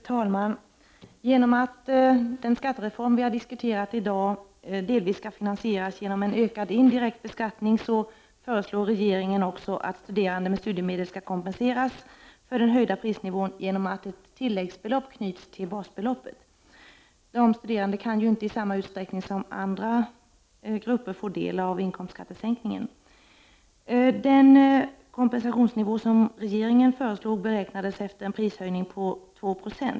Fru talman! Eftersom den skattereform vi har diskuterat i dag delvis skall 15 december 1989 finansieras genom en ökad indirekt beskattning föreslår regeringen att stu derande med studiemedel skall kompenseras för den höjda prisnivån genom att ett tilläggsbelopp knyts till basbeloppet. De studerande kan ju inte i samma utsträckning som andra grupper få del av inkomstskattesänkningen. Den kompensationsnivå som regeringen föreslår beräknades efter en prishöjning på 2 20.